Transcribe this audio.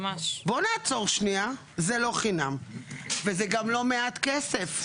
בואו נעצור שנייה, זה לא חינם וזה גם לא מעט כסף.